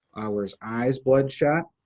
were his eyes bloodshot?